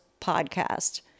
Podcast